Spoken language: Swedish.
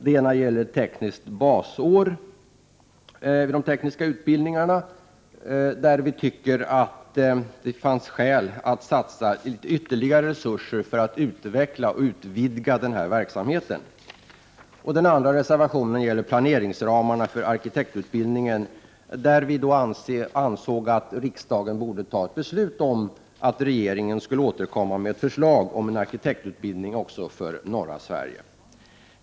Den ena gäller tekniskt basår för de tekniska utbildningarna, där vi tycker att det finns skäl att satsa ytterligare resurser för att utveckla och utvidga verksamheten. Den andra reservationen gäller planeringsramarna för arkitektutbildningen, där vi anser att riksdagen bör besluta att regeringen skall återkomma med förslag om en arkitektutbildning också för norra Sverige.